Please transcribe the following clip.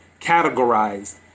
categorized